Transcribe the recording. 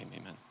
amen